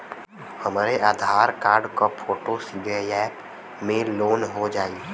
हमरे आधार कार्ड क फोटो सीधे यैप में लोनहो जाई?